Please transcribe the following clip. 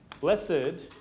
Blessed